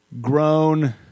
Grown